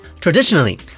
Traditionally